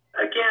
again